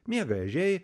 miega ežiai